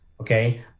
okay